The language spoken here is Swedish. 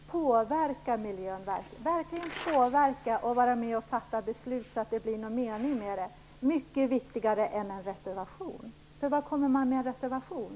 Fru talman! För mig är möjligheten att verkligen påverka miljön och vara med och fatta beslut så att det blir någon mening med det mycket viktigare än en reservation. Vart kommer man med en reservation?